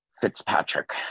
Fitzpatrick